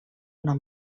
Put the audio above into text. una